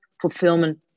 fulfillment